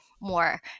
more